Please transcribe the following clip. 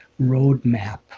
roadmap